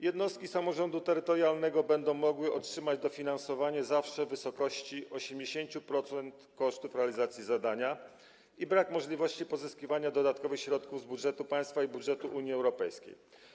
Jednostki samorządu terytorialnego będą mogły otrzymać dofinansowanie zawsze w wysokości 80% kosztów realizacji zadania i nie ma możliwości pozyskiwania dodatkowych środków z budżetu państwa i budżetu Unii Europejskiej.